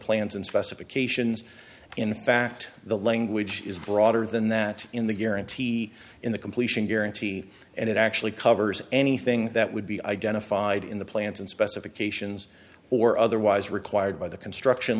plans and specifications in fact the language is broader than that in the guarantee in the completion guarantee and it actually covers anything that would be identified in the plans and specifications or otherwise required by the construction